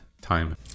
time